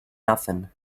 nothing